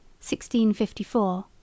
1654